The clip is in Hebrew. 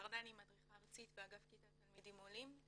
מדריכה ארצית באגף קליטת תלמידים עולים.